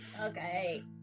Okay